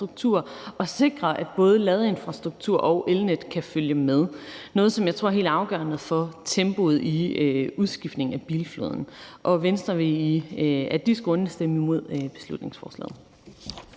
og sikrer, at både ladeinfrastrukturen og elnettet kan følge med – noget, som jeg tror er helt afgørende for tempoet i udskiftningen af bilparken. Venstre vil af disse grunde stemme imod beslutningsforslaget.